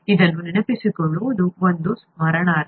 ಇದನ್ನು ನೆನಪಿಸಿಕೊಳ್ಳುವುದು ಒಂದು ಸ್ಮರಣಾರ್ಥ